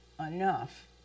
enough